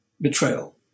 betrayal